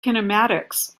kinematics